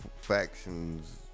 factions